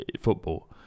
football